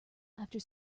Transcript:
after